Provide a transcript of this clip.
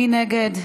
מי נגד?